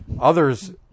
others